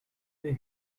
where